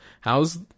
how's